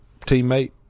teammate